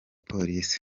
polisi